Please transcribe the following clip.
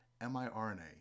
miRNA